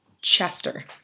Chester